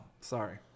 sorry